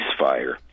ceasefire